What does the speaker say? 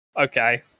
Okay